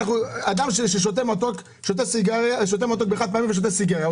אדם ששותה מתוק בכוס חד-פעמית ומעשן סיגריה,